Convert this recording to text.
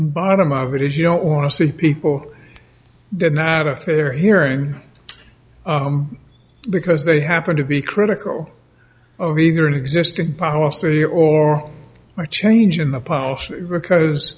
bottom of it is you don't want to see people not a fair hearing because they happen to be critical of either an existing policy or a change in the policy because